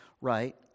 right